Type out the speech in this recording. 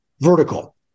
vertical